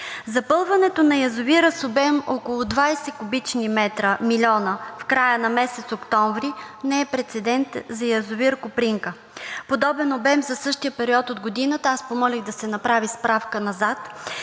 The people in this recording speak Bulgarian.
Запълването на язовира с обем около 20 млн. куб. м в края на месец октомври не е прецедент за язовир „Копринка“. Подобен обем за същия период от годината – аз помолих да се направи справка назад,